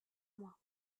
moi